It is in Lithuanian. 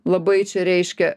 labai čia reiškia